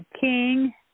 king